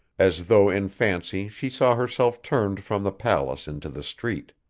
as though in fancy she saw herself turned from the palace into the street.